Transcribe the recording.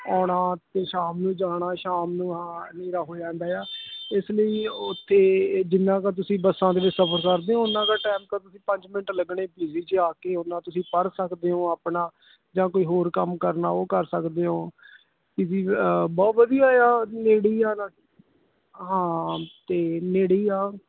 ਆਉਣਾ ਅਤੇ ਸ਼ਾਮ ਨੂੰ ਜਾਣਾ ਸ਼ਾਮ ਨੂੰ ਹਾਂ ਹਨੇਰਾ ਹੋ ਜਾਂਦਾ ਆ ਇਸ ਲਈ ਉੱਥੇ ਜਿੰਨਾ ਕੁ ਤੁਸੀਂ ਬੱਸਾਂ ਦੇ ਵਿੱਚ ਸਫ਼ਰ ਕਰਦੇ ਹੋ ਉੰਨਾਂ ਕੁ ਟਾਈਮ ਪੰਜ ਮਿੰਟ ਲੱਗਣੇ ਪੀ ਜੀ 'ਚ ਆ ਕੇ ਉੰਨਾ ਤੁਸੀਂ ਪੜ੍ਹ ਸਕਦੇ ਹੋ ਆਪਣਾ ਜਾਂ ਕੋਈ ਹੋਰ ਕੰਮ ਕਰਨਾ ਉਹ ਕਰ ਸਕਦੇ ਹੋ ਪੀ ਜੀ ਬਹੁਤ ਵਧੀਆ ਆ ਨੇੜੇ ਹੀ ਆ ਨਾਲੇ ਹਾਂ ਅਤੇ ਨੇੜੇ ਹੀ ਆ